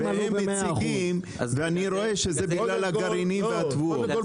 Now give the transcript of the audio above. והם מציגים ואני רואה שזה בגלל הגרעינים והתבואות.